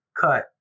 cut